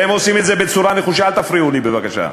הם עושים את זה בצורה נחושה, אל תפריעו לי בבקשה,